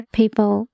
people